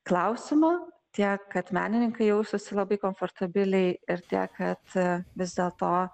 klausimą tiek kad menininkai jaustųsi labai komfortabiliai ir tiek kad vis dėlto